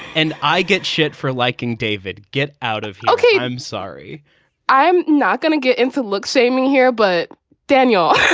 and i get shit for liking david. get out of. okay. i'm sorry i'm not going to get into look. same thing here. but daniel